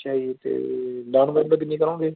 ਅੱਛਾ ਜੀ ਅਤੇ ਡਾਉਨ ਪੇਅਮੈਂਟ ਕਿੰਨੀ ਕਰੋਂਗੇ